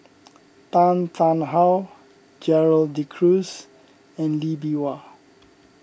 Tan Tarn How Gerald De Cruz and Lee Bee Wah